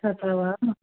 तथा वा